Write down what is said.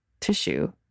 tissue